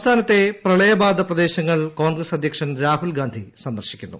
സംസ്ഥാനത്തെ പ്രളയബ്ബാധീത പ്രദേശങ്ങൾ കോൺഗ്രസ്സ് അദ്ധ്യക്ഷിൻ രാഹുൽഗാന്ധി സന്ദർശിക്കുന്നു